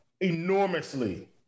enormously